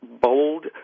bold